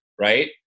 right